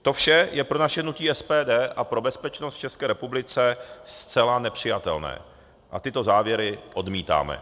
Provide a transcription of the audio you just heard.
To vše je pro naše hnutí SPD a pro bezpečnost v České republice zcela nepřijatelné a tyto závěry odmítáme.